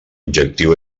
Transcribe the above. objectiu